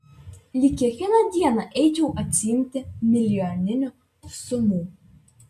lyg kiekvieną dieną eičiau atsiimti milijoninių sumų